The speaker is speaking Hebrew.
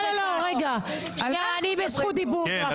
לא, לא, רגע, אני בזכות דיבור.